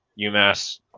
UMass